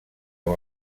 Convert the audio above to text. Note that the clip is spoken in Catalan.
amb